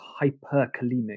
hyperkalemic